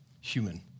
human